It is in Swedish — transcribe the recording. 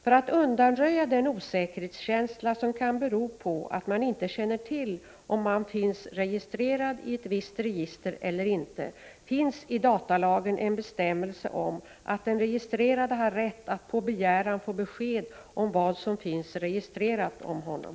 För att undanröja den osäkerhetskänsla som kan bero på att man inte känner till om man finns registrerad i ett visst register eller inte finns i datalagen en bestämmelse om att den registrerade har rätt att på begäran få besked om vad som finns registrerat om honom.